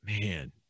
Man